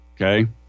okay